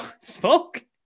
smoke